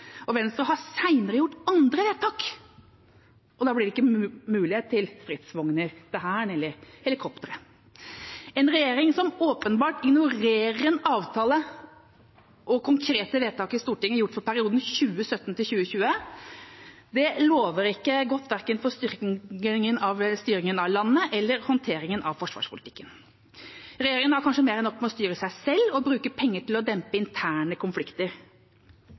og Venstre – har senere gjort andre vedtak. Da blir det ikke mulighet for stridsvogner til Hæren eller helikoptre. En regjering som åpenbart ignorerer en avtale og konkrete vedtak i Stortinget gjort for perioden 2017–2020, lover ikke godt for verken styringen av landet eller håndteringen av forsvarspolitikken. Regjeringa har kanskje mer enn nok med å styre seg selv og bruke penger til å dempe interne konflikter.